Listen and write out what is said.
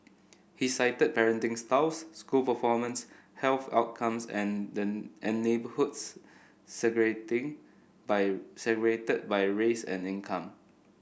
he cited parenting styles school performance health outcomes and neighbourhoods by segregated by race and income